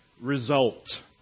result